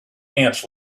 ants